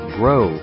grow